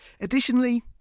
Additionally